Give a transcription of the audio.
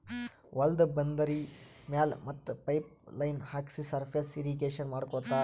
ಹೊಲ್ದ ಬಂದರಿ ಮ್ಯಾಲ್ ಮತ್ತ್ ಪೈಪ್ ಲೈನ್ ಹಾಕ್ಸಿ ಸರ್ಫೇಸ್ ಇರ್ರೀಗೇಷನ್ ಮಾಡ್ಕೋತ್ತಾರ್